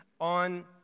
on